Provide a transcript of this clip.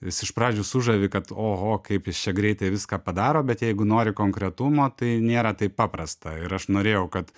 jis iš pradžių sužavi kad oho kaip jis čia greitai viską padaro bet jeigu nori konkretumo tai nėra taip paprasta ir aš norėjau kad